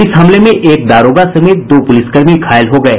इस हमले में एक दारोगा समेत दो पूलिसकर्मी घायल हो गये